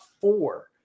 four